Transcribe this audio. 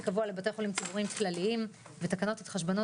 קבוע לבתי חולים ציבוריים כלליים) ותקנות התחשבנות